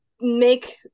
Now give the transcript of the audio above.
make